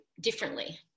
differently